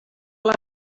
les